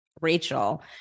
Rachel